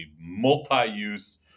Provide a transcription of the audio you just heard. multi-use